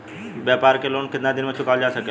व्यापार के लोन कितना दिन मे चुकावल जा सकेला?